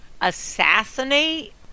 assassinate